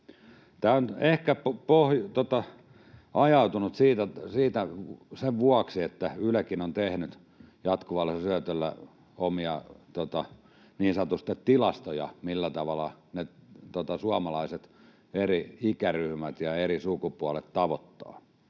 Tämä on ehkä ajautunut siihen sen vuoksi, että Ylekin on tehnyt jatkuvalla syötöllä omia niin sanotusti tilastoja, millä tavalla suomalaiset, eri ikäryhmät ja eri sukupuolet, tavoittaa.